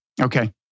Okay